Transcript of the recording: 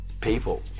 people